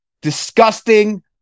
disgusting